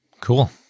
Cool